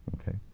Okay